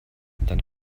dann